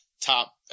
top